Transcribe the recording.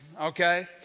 okay